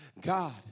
God